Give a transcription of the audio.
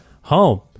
home